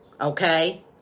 Okay